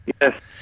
Yes